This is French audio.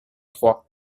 trois